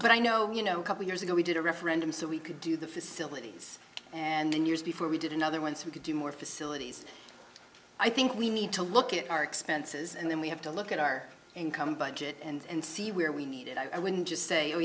but i know you know couple years ago we did a referendum so we could do the facilities and then years before we did another once we could do more facilities i think we need to look at our expenses and then we have to look at our income budget and see where we need it i wouldn't just say oh